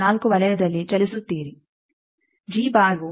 4 ವಲಯದಲ್ಲಿ ಚಲಿಸುತ್ತೀರಿ ವು 0